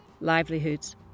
livelihoods